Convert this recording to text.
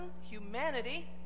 humanity